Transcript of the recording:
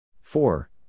four